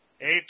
Eight